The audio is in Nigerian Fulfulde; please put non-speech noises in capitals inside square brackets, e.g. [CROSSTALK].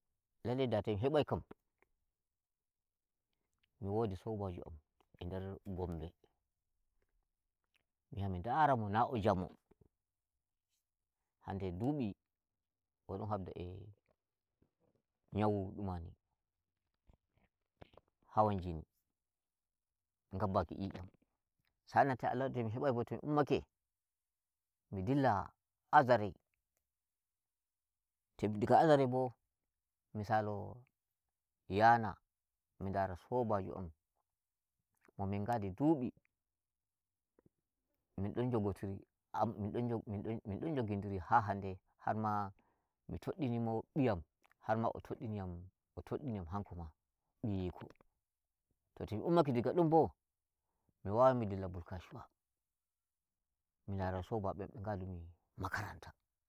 Lallai da to en hebai kam mi wodi sobajo am e nder [NOISE] Gombe, mi yaha mi ndara mo na o'jamo, hande dubi o'don habda e nyawu dumani, [NOISE] hawan jinni, ngabbaki nyiyam. sa'an nan to Allah waddi bo to mi hebai ba to mi ummake mi dilla Azare, to diga Azare bo mi salo Yana mi ndara sobajo am mo min gaadi dubi min don njogotiri ab min don jog min- min don njogi ndiri ha hande har ma mi toɗɗini mo mɓiyam har ma mo toɗɗini yam o toɗɗini yam hanko ma [NOISE] mɓiyiko. To to mi ummake daga don bo mi wawai mi dilla bulkashuwa mi ndara sobabe am nbe min gadumi makaranta.